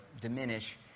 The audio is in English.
diminish